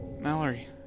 Mallory